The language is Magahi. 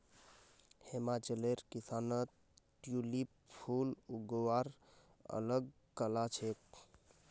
हिमाचलेर किसानत ट्यूलिप फूल उगव्वार अल ग कला छेक